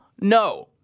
no